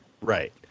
Right